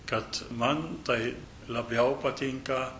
kad man tai labiau patinka